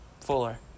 Fuller